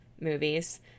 movies